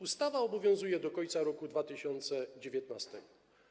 Ustawa obowiązuje do końca roku 2019.